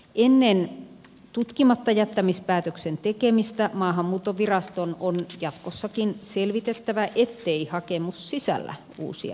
ennen tutkimattajättämispäätöksen tekemistä maahanmuuttoviraston on jatkossakin selvitettävä ettei hakemus sisällä uusia perusteita